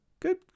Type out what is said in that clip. Good